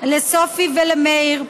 לסופי ולמאיר,